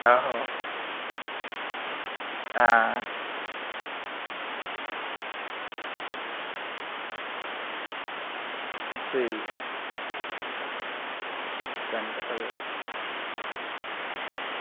आहो हां ठीक चंगा भैया